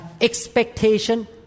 expectation